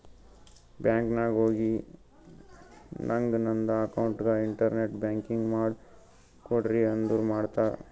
bank ನಾಗ್ ಹೋಗಿ ನಂಗ್ ನಂದ ಅಕೌಂಟ್ಗ ಇಂಟರ್ನೆಟ್ ಬ್ಯಾಂಕಿಂಗ್ ಮಾಡ್ ಕೊಡ್ರಿ ಅಂದುರ್ ಮಾಡ್ತಾರ್